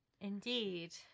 Indeed